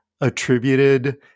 attributed